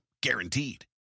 guaranteed